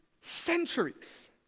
centuries